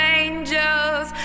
angels